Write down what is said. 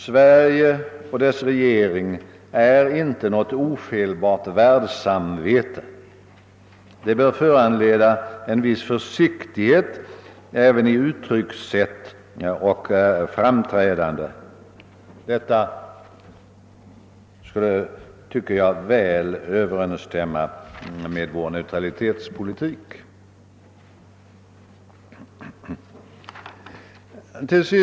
Sverige och dess regering är inte något ofelbart världssamvete! Det bör föranleda en viss försiktighet även i uttryckssätt och framträdande. Detta tycker jag skulle överensstämma väl med vår neutralitetspolitik.